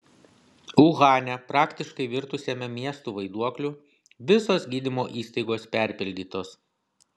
uhane praktiškai virtusiame miestu vaiduokliu visos gydymo įstaigos perpildytos